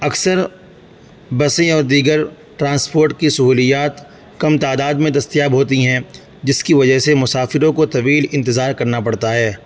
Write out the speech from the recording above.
اکثر بسیں اور دیگر ٹرانسپورٹ کی سہولیات کم تعداد میں دستیاب ہوتی ہیں جس کی وجہ سے مسافروں کو طویل انتظار کرنا پڑتا ہے